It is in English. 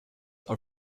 are